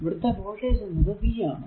ഇവിടുത്തെ വോൾടേജ് എന്നത് v ആണ്